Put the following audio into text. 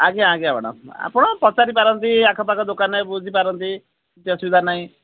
ଆଜ୍ଞା ଆଜ୍ଞା ମ୍ୟାଡ଼ାମ୍ ଆପଣ ପଚାରି ପାରନ୍ତି ଏଇ ଆଖ ପାଖ ଦୋକାନରେ ବୁଝିପାରନ୍ତି କିଛି ଅସୁବିଧା ନାହିଁ